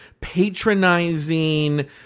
patronizing